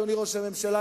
אדוני ראש הממשלה,